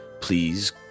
please